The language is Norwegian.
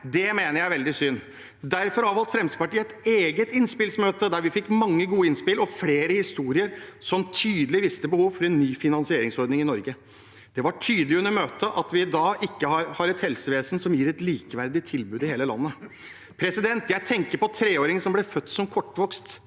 Det mener jeg er veldig synd. Derfor avholdt Fremskrittspartiet et eget innspillsmøte der vi fikk mange gode innspill og flere historier som tydelig viste behovet for en ny finansieringsordning i Norge. Det var tydelig i møtet at vi i dag ikke har et helsevesen som gir et likeverdig tilbud i hele landet. Jeg tenker på treåringen som ble født som kortvokst.